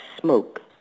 smoke